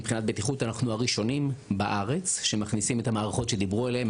מבחינת הבטיחות אנחנו הראשונים בארץ שמכניסים את המערכות שדיברו עליהן,